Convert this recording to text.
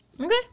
Okay